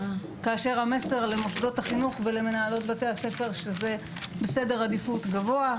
והמסר למוסדות החינוך ולמנהלות בתי הספר שזה בסדר עדיפות גבוה,